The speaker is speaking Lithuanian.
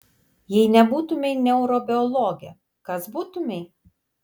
jei nebūtumei neurobiologė kas būtumei